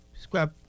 scrap